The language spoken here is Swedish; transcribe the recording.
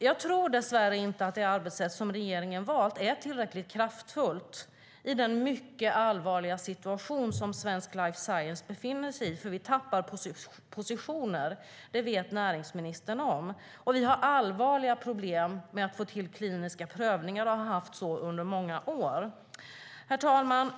Jag tror dess värre inte att det arbetssätt som regeringen valt är tillräckligt kraftfullt i den mycket allvarliga situation som svensk life science befinner sig i. Vi tappar positioner - det vet näringsministern om. Vi har allvarliga problem med att få till kliniska prövningar, och vi har haft det under många år. Herr talman!